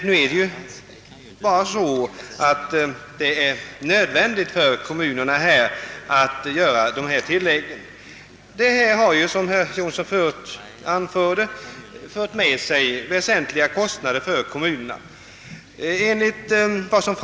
Nu är det emellertid nödvändigt för kommunerna att göra dylika tillägg, och detta har, som herr Jonsson framhöll, medfört väsentliga kostnader för kommunerna.